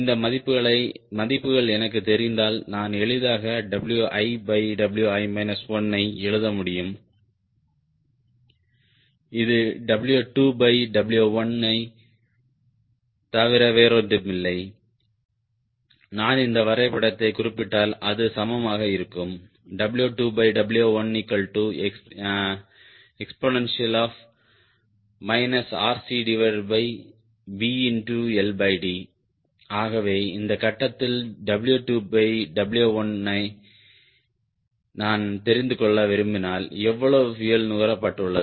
இந்த மதிப்புகள் எனக்குத் தெரிந்தால் நான் எளிதாக WiWi 1 ஐ எழுத முடியும் இது W2W1 ஐத் தவிர வேறொன்றுமில்லை நான் இந்த வரைபடத்தைக் குறிப்பிட்டால் அது சமமாக இருக்கும் W2W1exp RCVLD ஆகவே இந்த கட்டத்தில் W2W1 யை நான் தெரிந்து கொள்ள விரும்பினால் எவ்வளவு பியூயல் நுகரப்பட்டுள்ளது